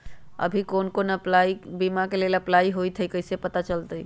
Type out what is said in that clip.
अभी कौन कौन बीमा के लेल अपलाइ होईत हई ई कईसे पता चलतई?